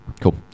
Cool